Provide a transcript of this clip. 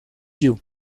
you